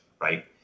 right